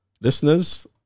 Listeners